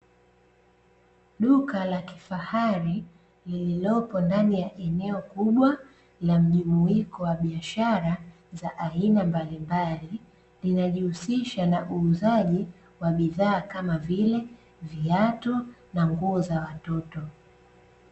Duka la kifahari lililopo ndani ya eneo kubwa la mjumuiko wa biashara za aina mbalimbali, linajihusisha na uuzaji wa bidhaa kama vile viatu na nguo za watoto.